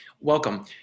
Welcome